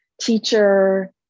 teacher